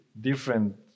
different